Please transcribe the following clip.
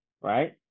right